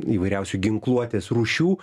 įvairiausių ginkluotės rūšių